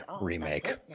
remake